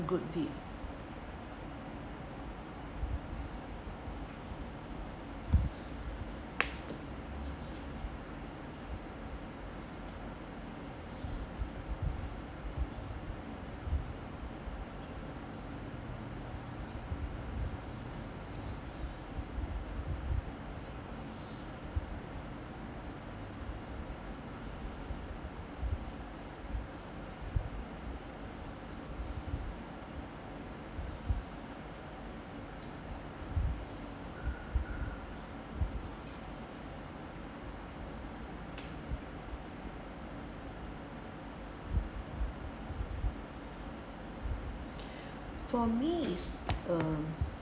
good deed for me is um